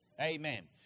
Amen